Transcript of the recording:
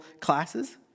classes